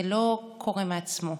זה לא קורה מעצמו.